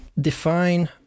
define